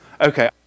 Okay